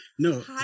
No